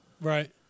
Right